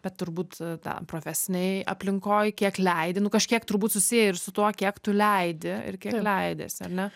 bet turbūt tą profesinėj aplinkoj kiek leidi nu kažkiek turbūt susiję ir su tuo kiek tu leidi ir kiek leidiesi ar ne